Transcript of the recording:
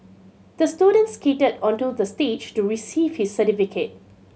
the student skated onto the stage to receive his certificate